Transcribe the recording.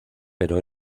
pero